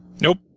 Nope